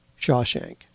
Shawshank